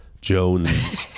jones